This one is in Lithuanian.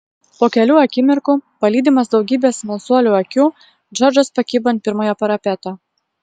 po kelių akimirkų palydimas daugybės smalsuolių akių džordžas pakibo ant pirmojo parapeto